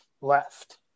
left